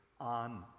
on